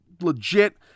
legit